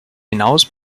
hinaus